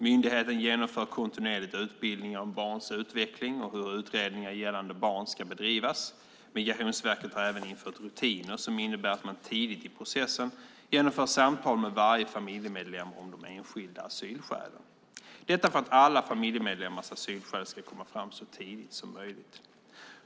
Myndigheten genomför kontinuerligt utbildningar om barns utveckling och hur utredningar gällande barn ska bedrivas. Migrationsverket har även infört rutiner som innebär att man tidigt i processen genomför samtal med varje familjemedlem om de enskilda asylskälen, detta för att alla familjemedlemmars asylskäl ska komma fram så tidigt som möjligt.